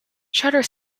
shutter